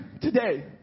today